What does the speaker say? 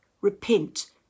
repent